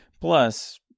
Plus